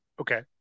Okay